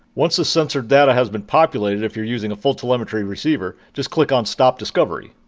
once the sensor data has been populated, if you're using a full telemetry receiver, just click on stop discovery.